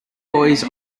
boys